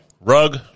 Rug